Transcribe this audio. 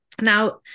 Now